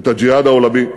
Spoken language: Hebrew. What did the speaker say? את "הג'יהאד העולמי".